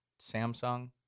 Samsung